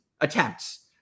Attempts